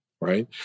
Right